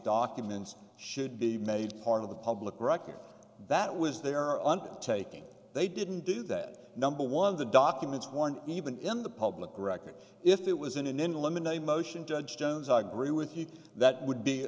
documents should be made part of the public record that was there under taking they didn't do that number one the documents one even in the public record if it was an in in limon a motion judge jones i agree with you that would be